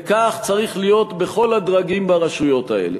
וכך צריך להיות בכל הדרגים ברשויות האלה.